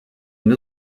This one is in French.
une